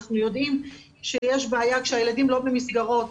אנחנו יודעים שיש בעיה כשהילדים לא במסגרות,